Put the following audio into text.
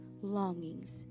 longings